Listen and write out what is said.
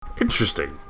interesting